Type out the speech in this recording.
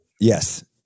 Yes